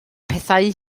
pethau